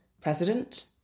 president